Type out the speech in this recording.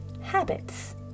habits